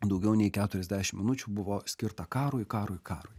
daugiau nei keturiasdešim minučių buvo skirta karui karui karui